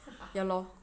haha